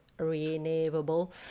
Renewable